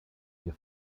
mir